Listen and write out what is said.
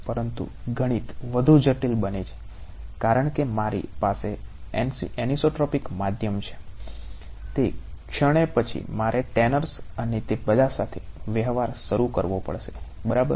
પરંતુ ગણિત વધુ જટિલ બને છે કારણ કે મારી પાસે એનિસોટ્રોપિક માધ્યમ છે તે ક્ષણે પછી મારે ટેનર્સ અને તે બધા સાથે વ્યવહાર શરૂ કરવો પડશે બરાબર